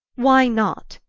why not?